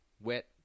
wet